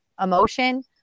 emotion